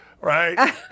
right